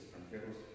extranjeros